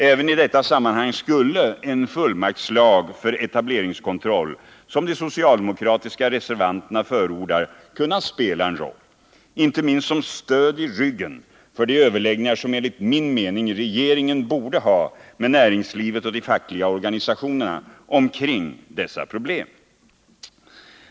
Även i detta sammanhang skulle en fullmaktslag för etableringskontroll, som de socialdemokratiska reservanterna förordar, kunna spela en roll, inte minst som stöd i ryggen för de överläggningar som enligt min mening regeringen borde ha med näringslivet och de fackliga organisationerna omkring dessa problem.